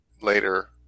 later